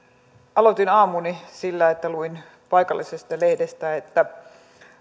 aloitin aamuni sillä että luin paikallisesta lehdestä että